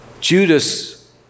Judas